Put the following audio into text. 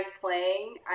playing